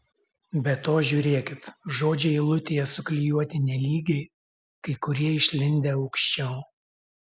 be to žiūrėkit žodžiai eilutėje suklijuoti nelygiai kai kurie išlindę aukščiau